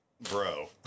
bro